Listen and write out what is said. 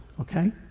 okay